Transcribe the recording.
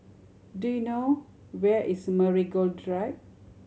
do you know where is Marigold Drive